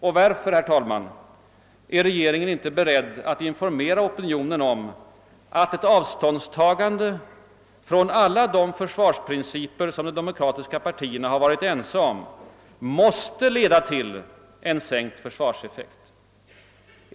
Och varför, herr talman, är inte regeringen beredd att informera opinionen om att ett avståndstagande från alla de försvarsprinciper som de demokratiska partierna varit ense om måste leda till sänkt försvarseffekt?